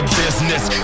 business